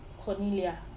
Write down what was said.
Cornelia